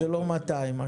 אז זה לא 200 מיליון שקל.